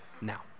now